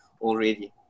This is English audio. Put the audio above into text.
already